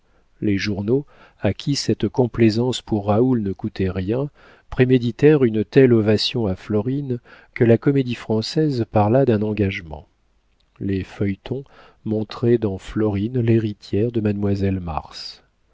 les journaux à qui cette complaisance pour raoul ne coûtait rien préméditèrent une telle ovation à florine que la comédie-française parla d'un engagement les feuilletons montraient dans florine l'héritière de mademoiselle mars